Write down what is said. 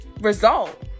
result